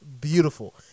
beautiful